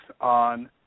on